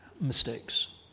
mistakes